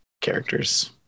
characters